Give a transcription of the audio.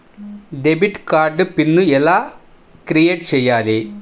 Debit card PIN ఎలా create చెయ్యాలి?